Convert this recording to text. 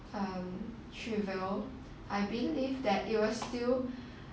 um trivial I believe that it will still